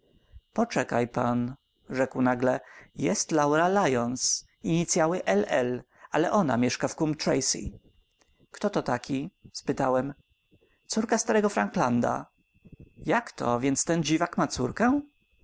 poczekaj pan rzekł nagle jest laura lyons inicyały l l ale ona mieszka w coombe tracey kto to taki spytałem córka starego franklanda jakto więc ten dziwak ma córkę